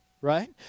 right